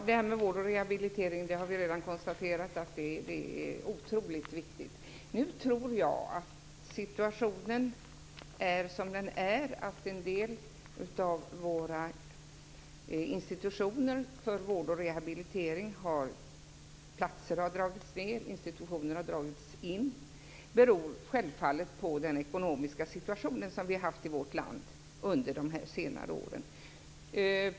Fru talman! Vi har redan konstaterat att vård och rehabilitering är otroligt viktigt. Situationen är som den är. Vid en del av våra institutioner för vård och rehabilitering har antalet platser dragits ned, och institutioner har dragits in. Det beror självfallet på den ekonomiska situation som vi har haft i vårt land under de senare åren.